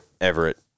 Everett